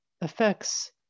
affects